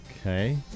okay